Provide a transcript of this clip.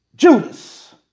Judas